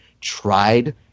tried